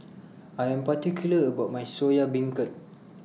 I Am particular about My Soya Beancurd